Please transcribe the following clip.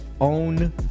own